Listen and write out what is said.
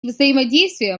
взаимодействия